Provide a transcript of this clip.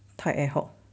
yap ah ya ah